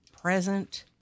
present